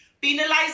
penalized